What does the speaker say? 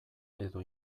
edo